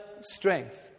strength